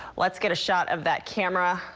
let's get a shot of that camera.